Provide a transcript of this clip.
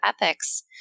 Ethics